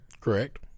Correct